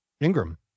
Ingram